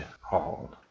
hall